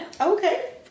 Okay